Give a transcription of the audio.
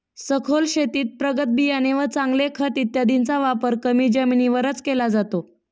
सखोल शेतीत प्रगत बियाणे व चांगले खत इत्यादींचा वापर कमी जमिनीवरच केला जातो